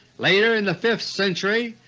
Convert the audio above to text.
later, in the fifth century,